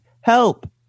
Help